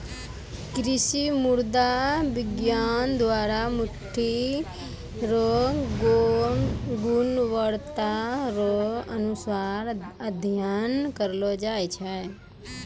कृषि मृदा विज्ञान द्वरा मट्टी रो गुणवत्ता रो अनुसार अध्ययन करलो जाय छै